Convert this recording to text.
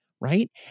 right